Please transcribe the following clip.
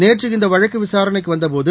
நேற்று இந்த வழக்கு விசாரணைக்கு வந்த போது